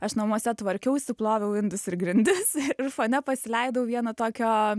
aš namuose tvarkiausi ploviau indus ir grindis ir fone pasileidau vieną tokio